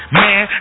man